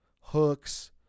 hooks